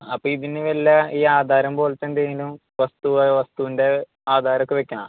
അപ്പം ഇതിന് വല്ലോയീ ആധാരം പോലത്തെ എന്തെങ്കിലും വസ്തുവക വസ്തൂൻ്റെ ആധാരൊക്കെ വെക്കണോ